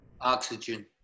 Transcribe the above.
oxygen